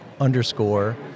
underscore